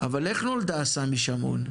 אבל איך נולדה סמי שמעון?